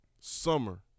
Summer